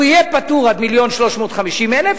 הוא יהיה פטור עד 1.35 מיליון,